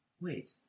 Wait